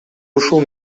ушул